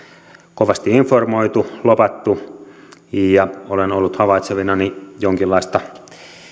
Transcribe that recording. kovasti informoitu lobattu ja olen ollut havaitsevinani jonkinlaista